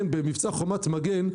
במבצע חומת מגן,